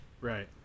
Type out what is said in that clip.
Right